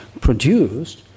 produced